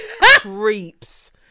Creeps